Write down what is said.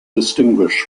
distinguish